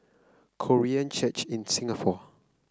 Korean Church in Singapore